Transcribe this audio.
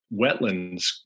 wetlands